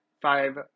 five